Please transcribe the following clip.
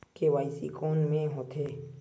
KYC कोन में होथे?